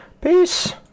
Peace